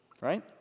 right